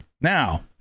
Now